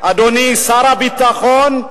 אדוני שר הביטחון,